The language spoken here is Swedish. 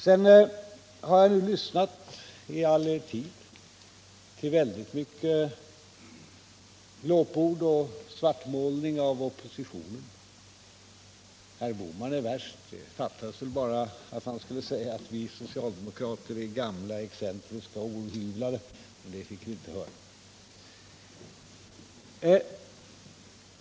Sedan har jag nu lyssnat under all denna tid till väldigt mycket glåpord och svartmålning av oppositionen. Herr Bohman är värst — det fattas väl bara att han skulle säga att vi socialdemokrater är gamla, excentriska och ohyvlade, men det fick vi inte höra.